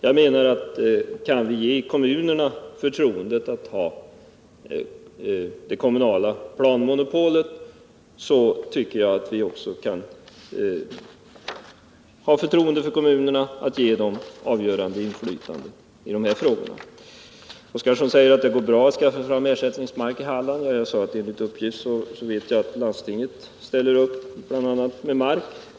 Jag menar, att om vi kan ge kommunerna förtroendet att ha det kommunala planmonopolet, tycker jag att vi också kan ge dem förtroendet att ha ett avgörande inflytande i de här frågorna. Gunnar Oskarson sade att det går bra att skaffa ersättningsmark i Halland. Jag har fått uppgift om att landstinget ställer upp när det gäller bl.a. mark.